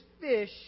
fish